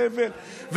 סבל,